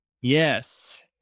Yes